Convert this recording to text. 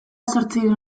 zortziehun